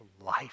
life